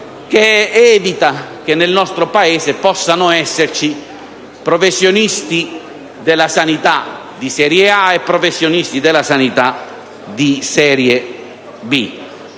che evita che nel nostro Paese possano esserci professionisti della sanità di serie A e professionisti della sanità di serie B.